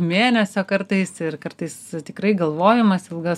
mėnesio kartais ir kartais tikrai galvojimas ilgas